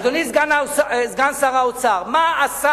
אדוני סגן שר האוצר, מה עשה